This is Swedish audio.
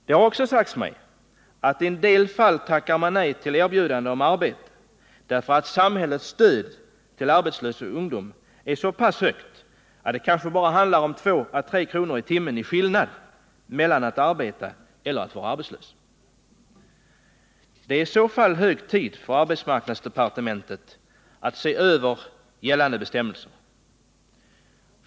Det har också sagts mig att i en del fall tackar man nej till erbjudande om arbete därför att samhällets stöd till arbetslös ungdom är så pass generöst att det kanske handlar om bara två eller tre kronor i timmen i skillnad mellan att arbeta eller att vara arbetslös. Det är i så fall hög tid för arbetsmarknadsdepartementet att se över gällande bestämmelser.